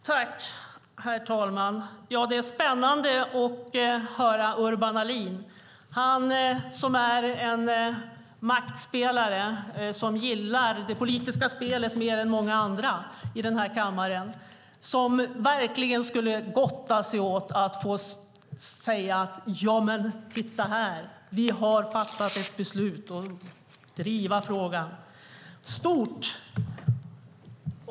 Herr talman! Det är spännande att höra Urban Ahlin. Han är en maktspelare som gillar det politiska spelet mer än många andra i den här kammaren och skulle verkligen gotta sig åt att få säga: Titta här! Vi har fattat ett beslut om att driva frågan! Stort!